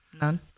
None